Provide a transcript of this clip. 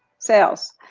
sales.